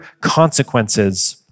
consequences